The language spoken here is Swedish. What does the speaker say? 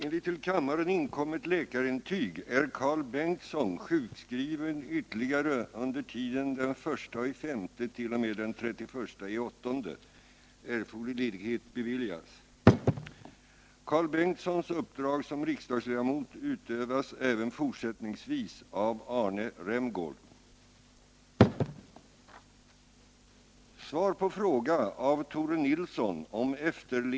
När straffbestämmelserna för sedlighetssårande framställning upphävdes 1970 införde riksdagen en lag mot pornografisk skyltning. Det har visat sig att detta förbud i praktiken intet betyder. Anmälan om överträdelse däremot ger intet resultat. Det är olämpligt och för samhällets bestånd farligt med lagar som inte kan hävdas.